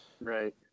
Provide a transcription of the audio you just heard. Right